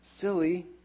silly